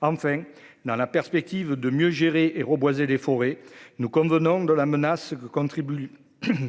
enfin, dans la perspective de mieux gérer et reboiser les forêts nous convenons de la menace contribuent